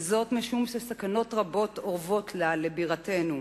משום שסכנות רבות אורבות לה, לבירתנו,